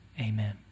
Amen